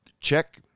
check